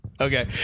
okay